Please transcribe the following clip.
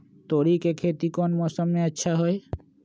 तोड़ी के खेती कौन मौसम में अच्छा होई?